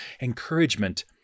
encouragement